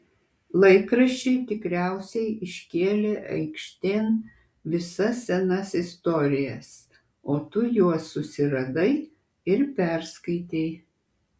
laikraščiai tikriausiai iškėlė aikštėn visas senas istorijas o tu juos susiradai ir perskaitei